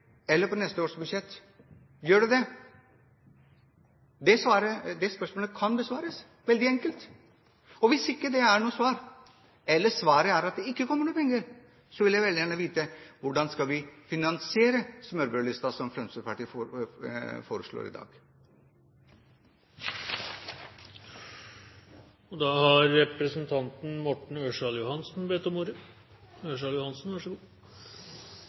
eller på neste års budsjett? Gjør det det? Det spørsmålet kan besvares veldig enkelt. Hvis det ikke er noe svar, eller svaret er at det ikke kommer penger, vil jeg veldig gjerne vite: Hvordan skal vi finansiere smørbrødlisten som Fremskrittspartiet foreslår i dag? I mitt forrige innlegg stilte jeg spørsmål til Arbeiderpartiet og Lillehovde om hva intensjonene deres egentlig er med å foreslå at vårt forslag om